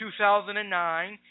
2009